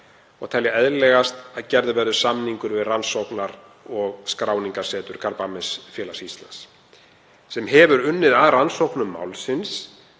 og telja eðlilegast að gerður verði samningur við Rannsókna- og skráningarsetur Krabbameinsfélags Íslands, sem hefur unnið að rannsóknum málsins,